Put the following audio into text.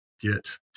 get